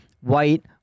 white